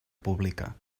pública